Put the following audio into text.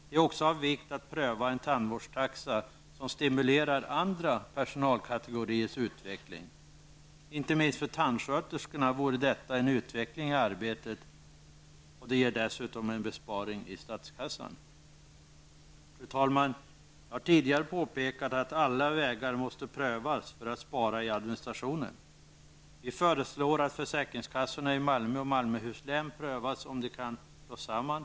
Det är också av vikt att pröva en tandvårdstaxa som stimulerar andra personalkategoriers utveckling. Inte minst för tandsköterskorna vore detta en utveckling i arbetet och en besparing i statskassan. Fru talman! Jag har tidigare påpekat att alla vägar måste prövas för att spara i administrationen. Vi föreslår att det utreds om försäkringskassorna i Malmö och Malmöhus län kan slås samman.